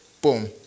Boom